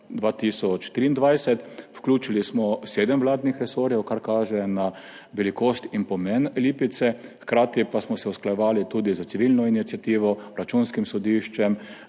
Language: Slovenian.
Vključili smo sedem vladnih resorjev, kar kaže na velikost in pomen Lipice, hkrati pa smo se usklajevali tudi s civilno iniciativo, Računskim sodiščem,